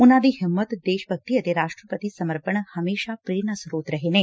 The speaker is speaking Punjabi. ਉਨੂਾ ਦੀ ਹਿੰਮਤ ਦੇਸ਼ ਭਗਤੀ ਅਤੇ ਰਾਸ਼ਟਰ ਪ੍ਰਤੀ ਸਮਰਪਣ ਹਮੇਸ਼ਾ ਪ੍ਰੇਰਨਾ ਸ਼ਰੋਤ ਰਹੇ ਨੇ